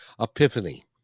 epiphany